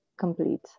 complete